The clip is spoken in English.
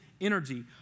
energy